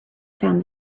found